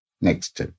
Next